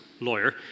lawyer